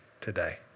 today